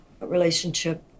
relationship